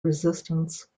resistance